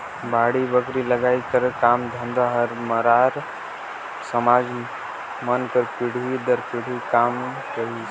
बाड़ी बखरी लगई कर काम धंधा हर मरार समाज मन कर पीढ़ी दर पीढ़ी काम रहिस